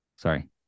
sorry